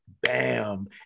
bam